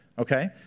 Okay